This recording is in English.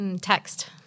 Text